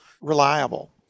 reliable